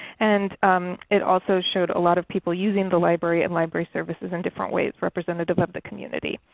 and it also showed a lot of people using the library and library services in different ways representative of the community.